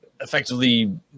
effectively